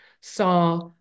saw